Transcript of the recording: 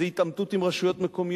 זה קשה.